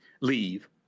leave